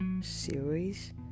series